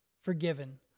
forgiven